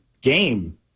game